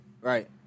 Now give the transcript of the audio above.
Right